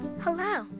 Hello